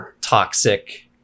toxic